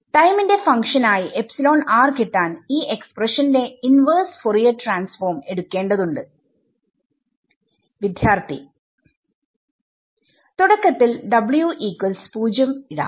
ടൈമിന്റെ ഫങ്ക്ഷൻ ആയി കിട്ടാൻ ഈ എക്സ്പ്രഷന്റെ ഇൻവെർസ് ഫോറിയർ ട്രാൻസ്ഫോം എടുക്കേണ്ടതുണ്ട് തുടക്കത്തിൽ ഇടാം